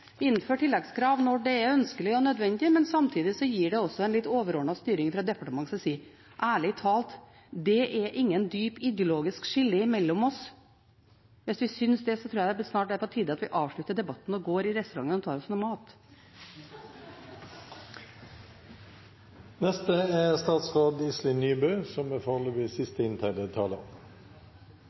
tilleggskrav når det er ønskelig og nødvendig, men samtidig gir det en litt overordnet styring fra departementets side. Ærlig talt – det er ikke noe dypt ideologisk skille mellom oss. Hvis noen synes det, tror jeg det snart er på tide at vi avslutter debatten og går i restauranten og tar oss noe mat.